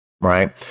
right